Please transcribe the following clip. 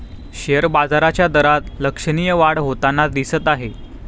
share बाजाराच्या दरात लक्षणीय वाढ होताना दिसत आहे